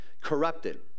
corrupted